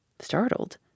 Startled